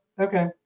okay